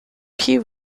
pee